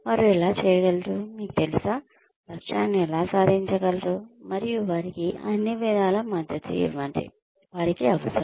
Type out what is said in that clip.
వారు ఎలా చేయగలరు మీకు తెలుసా లక్ష్యాలను ఎలా సాధించగలరు మరియు వారికి అన్ని విధాలా మద్దతు ఇవ్వండి వారికి అవసరం